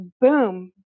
boom